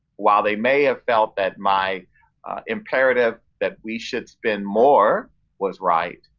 while they may have felt that my imperative that we should spend more was right.